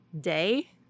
day